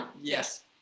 yes